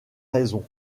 raison